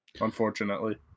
unfortunately